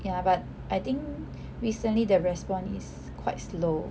ya but I think recently the response is quite slow